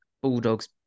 Bulldogs